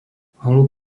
holub